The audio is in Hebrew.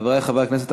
חברי חברי הכנסת,